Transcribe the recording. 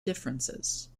differences